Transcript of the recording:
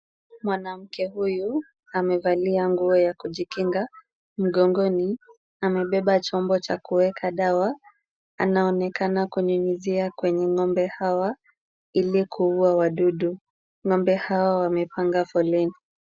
Mwanamke huyu amevalia nguo za kujikinga. Mgongoni, amebeba chombo cha kuweka dawa. Anaonekana kunyunyizia kwenye ng'ombe hawa ili kuuwa wadudu. Ng'ombe hawa wamepanga foleni.